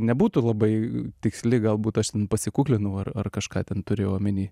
nebūtų labai tiksli galbūt aš pasikuklinau ar ar kažką ten turėjau omeny